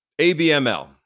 ABML